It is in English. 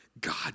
God